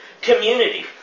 community